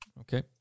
Okay